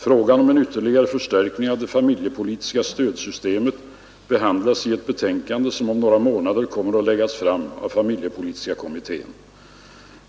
Frågan om en ytterligare förstärkning av det familjepolitiska stödsystemet behandlas i ett betänkande som om några månader kommer att läggas fram av familjepolitiska kommittén.